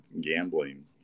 gambling